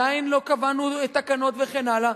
עדיין לא קבענו תקנות וכן הלאה.